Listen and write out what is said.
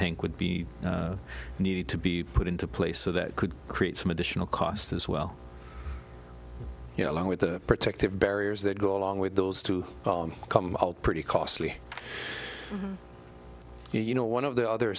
think would be needed to be put into place so that could create some additional cost as well you know along with the protective barriers that go along with those to come pretty costly you know one of the other